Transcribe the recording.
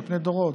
על פני דורות,